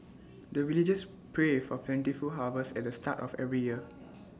the villagers pray for plentiful harvest at the start of every year